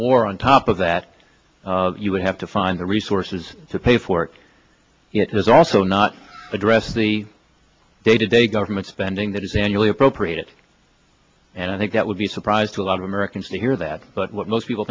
more on top of that you would have to find the resources to pay for it is also not address the day to day government spending that is annually appropriated and i think that would be a surprise to a lot of americans to hear that but what most people